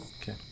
Okay